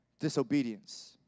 disobedience